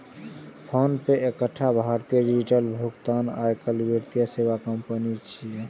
PhonePe एकटा भारतीय digital भुगतान आ वित्तीय सेवा कंपनी छियै